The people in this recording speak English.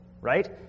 Right